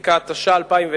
הסטטיסטיקה (מס' 3),